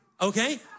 okay